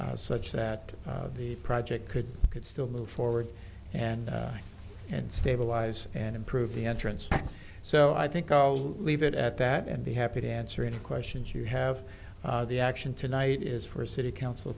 plan such that the project could could still move forward and and stabilize and improve the entrance so i think i'll leave it at that and be happy to answer any questions you have the action tonight is for a city council